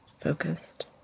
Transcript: focused